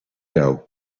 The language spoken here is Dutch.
jou